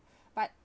but